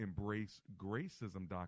EmbraceGracism.com